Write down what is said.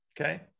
Okay